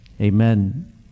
Amen